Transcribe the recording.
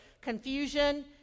confusion